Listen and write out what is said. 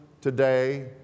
today